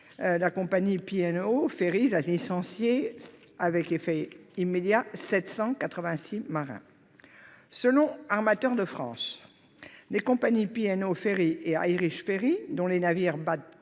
la compagnie P&O Ferries a licencié, avec effet immédiat, 786 marins. Selon Armateurs de France, les compagnies P&O Ferries et Irish Ferries, dont les navires battent